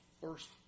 first